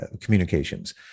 communications